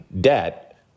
debt